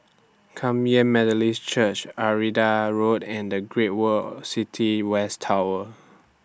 Kum Yan Methodist Church Arcadia Road and The Great World City West Tower